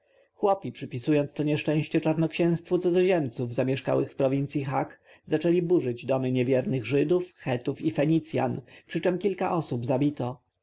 chłopi przypisując to nieszczęście czarnoksięstwu cudzoziemców zamieszkałych w prowincji hak zaczęli burzyć domy niewiernych żydów chetów i fenicjan przyczem kilka osób zabito